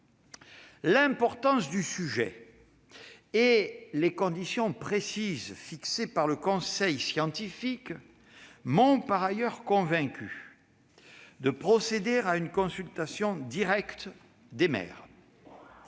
L'importance du sujet et les conditions précises fixées par le conseil scientifique m'ont par ailleurs convaincu de procéder à une consultation directe des maires.